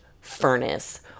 furnace